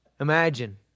Imagine